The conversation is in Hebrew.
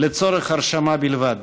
לצורך הרשמה בלבד.